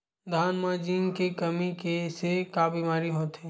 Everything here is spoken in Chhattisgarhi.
धान म जिंक के कमी से का बीमारी होथे?